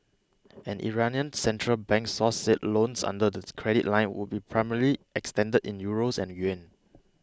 an Iranian central bank source said loans under the credit line would be primarily extended in Euros and yuan